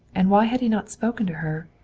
and why had he not spoken to her?